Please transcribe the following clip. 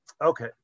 Okay